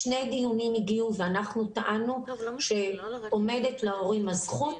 שני דיונים הגיעו ואנחנו טענו שעומדת להורים הזכות